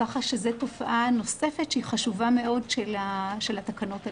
כך שזאת תופעה נוספת שחשובה מאוד של התקנות האלה.